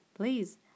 Please